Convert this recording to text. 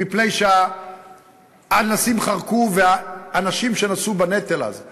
מפני שהאנשים חרקו והאנשים שנשאו בנטל אז,